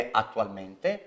attualmente